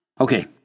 Okay